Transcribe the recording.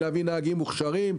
להביא נהגים מוכשרים,